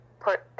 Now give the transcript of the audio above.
put